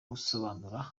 gusobanura